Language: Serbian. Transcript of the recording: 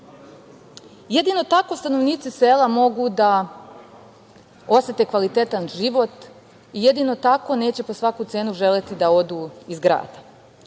tako stanovnici sela mogu da osete kvalitetan život i jedino tako neće po svaku cenu želeti da odu iz grada.